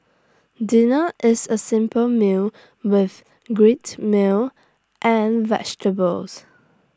dinner is A simple meal with grilled meal and vegetables